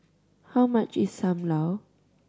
how much is Sam Lau